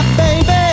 baby